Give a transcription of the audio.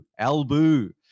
Albu